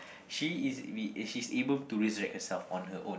she is she's able to resurrect herself on her own